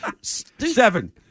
Seven